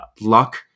luck